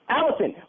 Allison